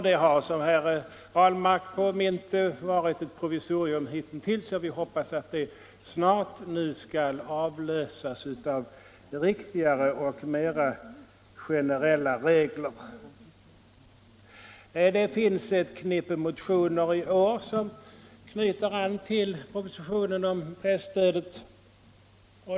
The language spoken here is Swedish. Det har — som herr Ahlmark påminde om =— hitintills varit ett provisorium, och vi hoppas att det snart skall avlösas av riktigare och mer generella regler. Det finns ett knippe motioner i år som knyter an till propositionen om presstödet.